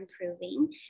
improving